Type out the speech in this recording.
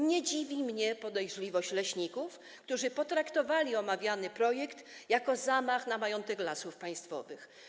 Nie dziwi mnie podejrzliwość leśników, którzy potraktowali omawiany projekt jako zamach na majątek Lasów Państwowych.